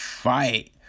Fight